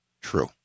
true